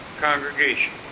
congregation